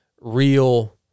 real